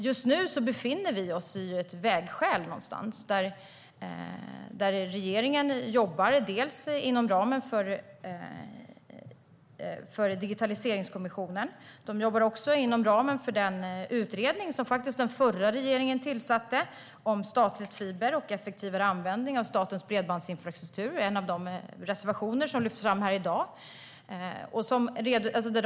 Just nu befinner vi oss vid ett vägskäl där regeringen jobbar inom ramen för Digitaliseringskommissionen. De jobbar också inom ramen för den utredning som den förra regeringen tillsatte om statligt fibernät och effektivare användning av statens bredbandsinfrastruktur. En av de reservationer som lyfts fram här i dag handlar om det.